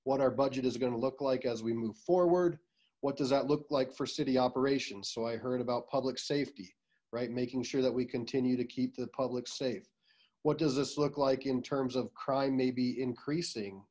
what our budget is going to look like as we move forward what does that look like for city operations so i heard about public safety right making sure that we continue to keep the public safe what does this look like in terms of crime maybe increasing